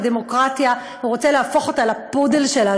הדמוקרטיה" הוא רוצה להפוך אותה לפודל שלו.